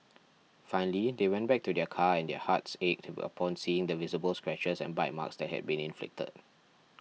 finally they went back to their car and their hearts ached upon seeing the visible scratches and bite marks that had been inflicted